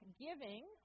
giving